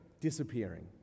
disappearing